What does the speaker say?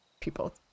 people